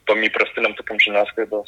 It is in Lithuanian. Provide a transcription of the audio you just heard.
tom įprastinėm tokiom žiniasklaidos